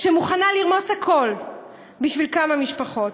שמוכנה לרמוס הכול בשביל כמה משפחות.